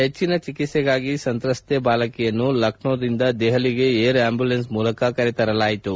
ಹೆಜ್ಜಿನ ಚಿಕಿತ್ಸೆಗಾಗಿ ಸಂತ್ರಸ್ತೆ ಬಾಲಕಿಯನ್ನು ಲಕ್ನೋದಿಂದ ದೆಹಲಿಗೆ ಏರ್ ಆ್ಕಂಬುಲೆನ್ಸ್ ಮೂಲಕ ಕರೆ ತರಲಾಯಿತು